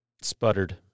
sputtered